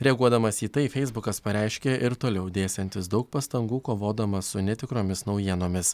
reaguodamas į tai feisbukas pareiškė ir toliau dėsiantis daug pastangų kovodamas su netikromis naujienomis